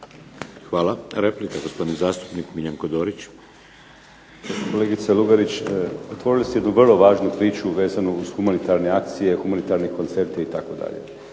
Hvala. Replika, gospodin zastupnik Miljenko Dorić. **Dorić, Miljenko (HNS)** Kolegice Lugarić, otvorili ste jednu vrlu važnu priču vezanu uz humanitarne akcije, humanitarne koncerte itd.